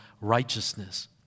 righteousness